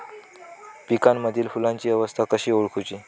पिकांमदिल फुलांची अवस्था कशी ओळखुची?